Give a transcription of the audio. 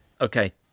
okay